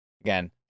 again